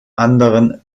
anderen